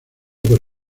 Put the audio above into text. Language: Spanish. por